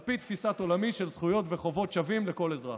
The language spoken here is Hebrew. על פי תפיסת עולמי של זכויות וחובות שווים לכל אזרח.